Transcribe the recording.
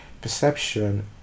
Perception